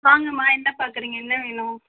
வாங்கம்மா என்ன பார்க்குறீங்க என்ன வேணும்